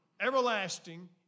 everlasting